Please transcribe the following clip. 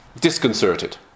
disconcerted